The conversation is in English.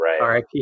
right